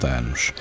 anos